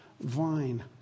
vine